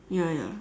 ya ya